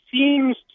seems